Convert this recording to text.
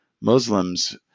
Muslims